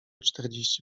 czterdzieści